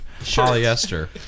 polyester